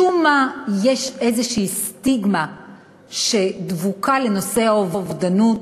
משום מה יש איזושהי סטיגמה שדבוקה לנושא האובדנות,